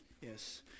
yes